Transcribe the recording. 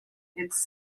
its